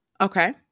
Okay